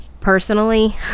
personally